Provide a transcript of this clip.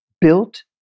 built